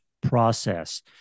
process